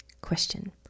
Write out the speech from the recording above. Question